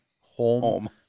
Home